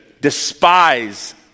despise